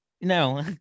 no